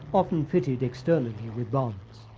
often fitted externally with bombs.